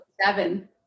seven